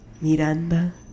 Miranda